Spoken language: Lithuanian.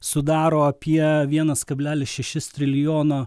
sudaro apie vienas kablelis šešis trilijono